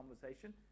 conversation